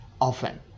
often